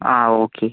ആ ഓക്കേ